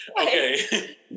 Okay